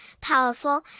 powerful